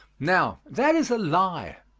now, that is a lie,